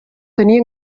tenir